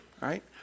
right